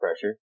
pressure